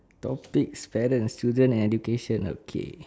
topic parents student and education okay